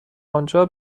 آنجا